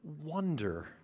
wonder